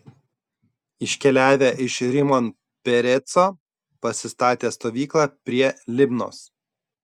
iškeliavę iš rimon pereco pasistatė stovyklą prie libnos